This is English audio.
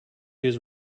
his